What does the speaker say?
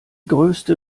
größte